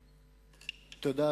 תודה.